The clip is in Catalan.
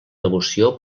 devoció